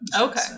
Okay